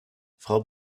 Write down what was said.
frau